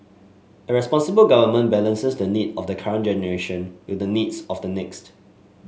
a responsible government balances the need of the current generation with the needs of the next